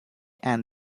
and